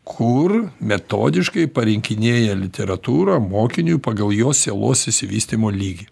kur metodiškai parinkinėja literatūrą mokiniui pagal jo sielos išsivystymo lygį